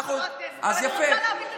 אני רוצה להבין את הטיעון שלך.